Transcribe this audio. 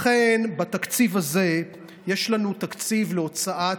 לכן, בתקציב הזה יש לנו תקציב להוצאת